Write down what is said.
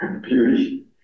beauty